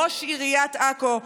ראש עיריית עכו,